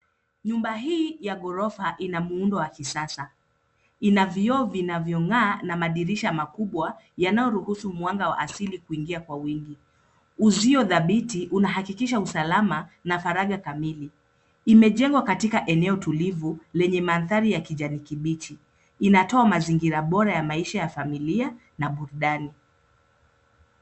Nyumba hii ya ghorofa ina muundo wa kisasa. Ina vioo vinavyong'aa na madirisha makubwa yanayoruhusu mwanga wa asili kuingia kwa uwingi. Uzio dhabiti unahakikisha usalama na faragha kamili. Imejengwa katika eneo tulivu lenye mandhari ya kijani kibichi. Inatoa mazingira bora ya maisha ya familia na burudani.